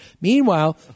Meanwhile